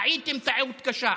טעיתם טעות קשה.